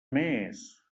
més